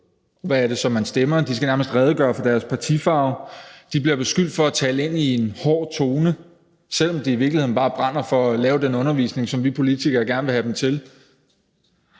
hvad er det så, man stemmer? De skal nærmest redegøre for deres partifarve. De bliver beskyldt for at tale i en hård tone, selv om de i virkeligheden bare brænder for at lave den undervisning, som vi politikere gerne vil have dem til.